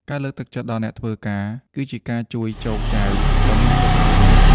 ការលើកទឹកចិត្តដល់អ្នកធ្វើការ គឺជាការជួយ «ចូកចែវ» ដ៏មានប្រសិទ្ធភាពមួយ។